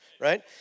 right